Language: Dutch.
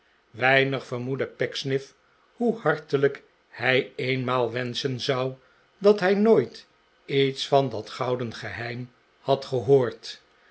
weinig vermoedde pecksniff hoe hartelijk hij eenmaal wenschen zou dat hij nooit iets van dat gouden geheim had gehoord